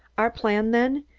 our plan, then,